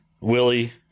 Willie